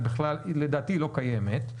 לדעתי היא לא קיימת.